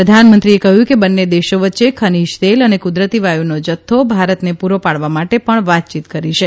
પ્રધાનમંત્રીએ કહ્યું કે બંને દેશો વચ્ચે ખનીજ તેલ અને કુદરતી વાયુનો જથ્થો ભારતને પૂરો પાડવા માટે પણ વાતચીત કરી છે